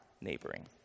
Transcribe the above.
neighboring